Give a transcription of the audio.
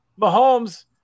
Mahomes